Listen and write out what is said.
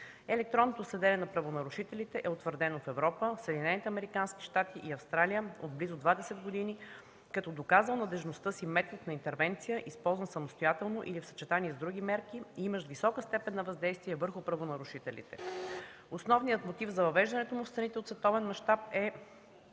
Електронното следене на правонарушителите е утвърдено в Европа, в Съединените американски щати и Австралия от близо 20 години, като доказал надеждността си метод на интервенция, използван самостоятелно или в съчетание с други мерки и имащ висока степен на въздействие върху правонарушителите. Основният мотив за въвеждането му в страните от световен мащаб е